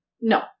no